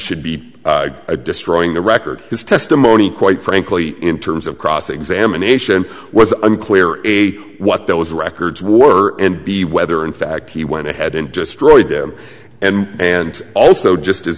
should be a destroying the record his testimony quite frankly in terms of cross examination was unclear in a what those records were and b whether in fact he went ahead and destroyed them and and also just as